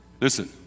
Listen